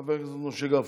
חבר הכנסת משה גפני.